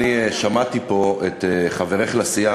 אני שמעתי פה את חברך לסיעה,